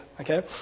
okay